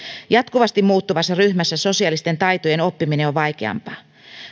jatkuvasti muuttuvassa ryhmässä sosiaalisten taitojen oppiminen on vaikeampaa